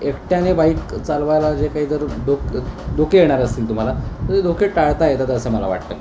एकट्याने बाईक चालवायला जे काही जर डोक धोके येणार असतील तुम्हाला तर धोके टाळता येतात तर असं मला वाटतं ना